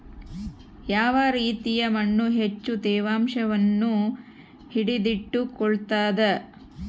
ಯಾವ ರೇತಿಯ ಮಣ್ಣು ಹೆಚ್ಚು ತೇವಾಂಶವನ್ನು ಹಿಡಿದಿಟ್ಟುಕೊಳ್ತದ?